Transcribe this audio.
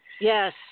Yes